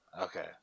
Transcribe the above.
Okay